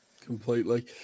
Completely